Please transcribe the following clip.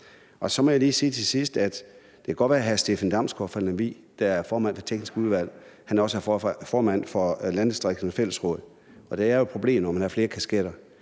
Så må jeg lige sige til sidst, at det godt kan være, at Steffen Damsgaard fra Lemvig, der er formand for teknik- og miljøudvalget, også er formand for Landdistrikternes Fællesråd, og at det jo er et problem, når man har flere kasketter